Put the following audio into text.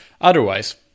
otherwise